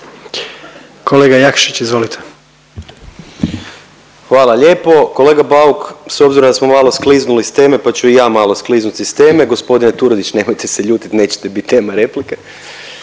**Jakšić, Mišel (SDP)** Hvala lijepo. Kolega Bauk s obzirom da smo malo skliznuli s teme pa ću i ja malo skliznut iz teme. Gospodine Turudić nemojte se ljutit nećete biti tema replike.